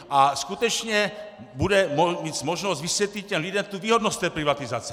A skutečně bude mít možnost vysvětlit lidem výhodnost té privatizace.